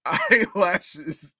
eyelashes